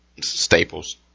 Staples